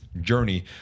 journey